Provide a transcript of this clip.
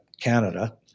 Canada –